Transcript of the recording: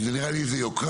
זה נראה לי איזו יוקרה,